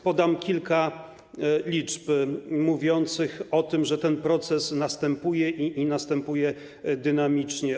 Podam kilka liczb mówiących o tym, że ten proces następuje i następuje dynamicznie.